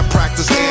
practice